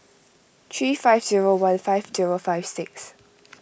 three five zero one five zero five six